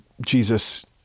jesus